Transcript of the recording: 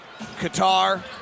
Qatar